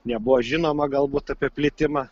nebuvo žinoma galbūt apie plitimą